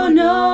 no